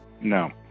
No